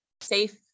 safe